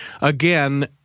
Again